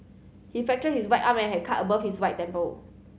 he fractured his right arm and has a cut above his right temple